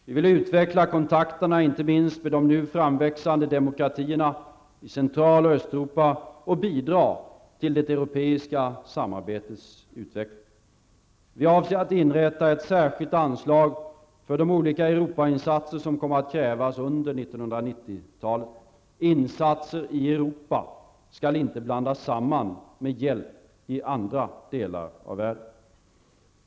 Vi vill utveckla kontakterna inte minst med de nu framväxande demokratierna i Central och Östeuropa och bidraga till det europeiska samarbetets utveckling. Vi avser att inrätta ett särskilt anslag för de olika Europainsatser som kommer att krävas under 1990 talet. Insatser i Europa skall inte blandas samman med hjälp i andra delar av världen.